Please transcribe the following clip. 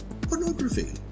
pornography